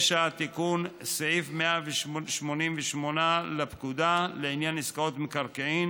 9. תיקון סעיף 188 לפקודה, לעניין עסקאות מקרקעין,